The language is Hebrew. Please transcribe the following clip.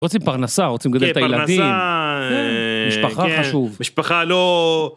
רוצים פרנסה, רוצים לגדל את הילדים. כן, פרנסה. משפחה חשוב. משפחה לא...